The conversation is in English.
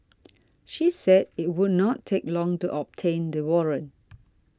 she said it would not take long to obtain the warrant